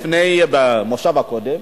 במושב הקודם